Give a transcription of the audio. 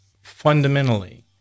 fundamentally